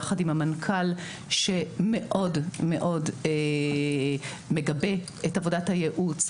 יחד עם המנכ"ל שמאוד מאוד מגבה את עבודת הייעוץ,